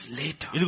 later।